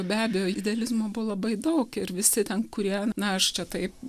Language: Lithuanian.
be abejo idealizmo buvo labai daug ir visi ten kurie na aš čia taip